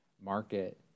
market